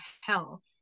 health